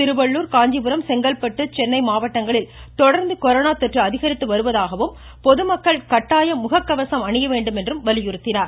திருவள்ளுர் காஞ்சிபுரம் செங்கல்பட்டு மாவட்டங்களில் தொடர்ந்து கொரோனா தொற்று அதிகரித்து அவருவதாகவும் பொதுமக்கள் கட்டாயம் முக கவசம் அணிய வேண்டும் என்றும் வலியுறுத்தினார்